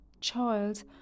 child